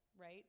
right